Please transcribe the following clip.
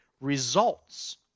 results